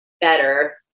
better